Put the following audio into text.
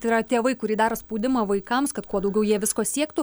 tai yra tėvai kurie daro spaudimą vaikams kad kuo daugiau jie visko siektų